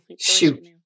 shoot